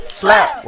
slap